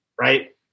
right